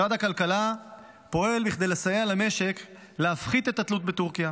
משרד הכלכלה פועל כדי לסייע למשק להפחית את התלות בטורקיה.